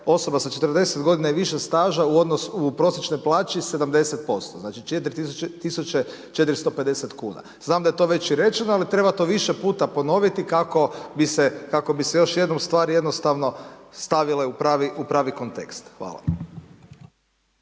osoba sa 40 godina i više staža u prosječnoj plaći 70%, znači 4450 kuna. Znam da je to već i rečeno, ali treba to više puta ponoviti kako bi se još jednom stvari jednostavno stavile u pravi kontekst. Hvala.